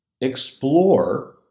explore